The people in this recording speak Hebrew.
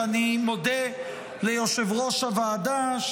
ואני מודה ליושב-ראש הוועדה,